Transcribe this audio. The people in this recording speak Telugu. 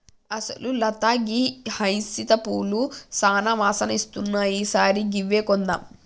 అసలు లత గీ హైసింత పూలు సానా వాసన ఇస్తున్నాయి ఈ సారి గివ్వే కొందాం